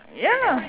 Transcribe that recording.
ya lah